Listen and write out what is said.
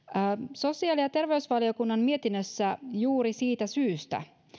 sosiaali ja terveysvaliokunnan mietinnössä juuri siitä syystä